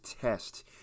test